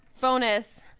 bonus